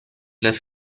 less